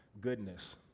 goodness